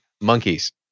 monkeys